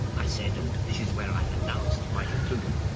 i said, and this is where i announced my conclusion,